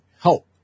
help